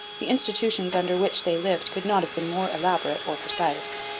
the institutions under which they lived could not have been more elaborate or precise.